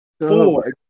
Four